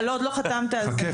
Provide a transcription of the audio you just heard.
עוד לא חתמת על זה,